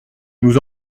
nous